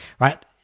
right